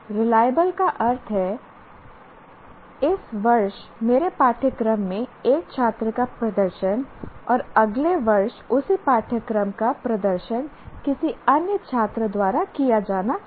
reliable का अर्थ है इस वर्ष मेरे पाठ्यक्रम में एक छात्र का प्रदर्शन और अगले वर्ष उसी पाठ्यक्रम का प्रदर्शन किसी अन्य छात्र द्वारा किया जाना तुलनीय है